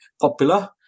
popular